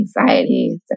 anxiety